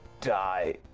Die